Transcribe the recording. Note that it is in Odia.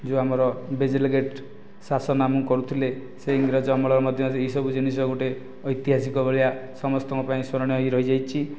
ଯେଉଁ ଆମର ବିଜଲୀ ଗେଟ ଶାସନ ଆମକୁ କରୁଥିଲେ ସେ ଇଂରେଜ ଅମଳରେ ମଧ୍ୟ ଏହି ସବୁ ଜିନିଷ ଗୋଟେ ଐତିହାସିକ ଭଳିଆ ସମସ୍ତଙ୍କ ପାଇଁ ସ୍ମରଣୀୟ ହୋଇ ରହି ଯାଇଛି